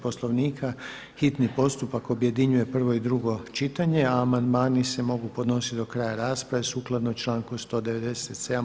Poslovnika hitni postupak objedinjuje prvo i drugo čitanje, a amandmani se mogu podnositi do kraja rasprave sukladno članku 197.